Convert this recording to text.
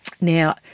Now